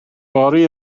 fory